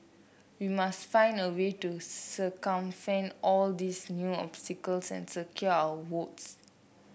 we must find a way to circumvent all these new obstacles and secure our votes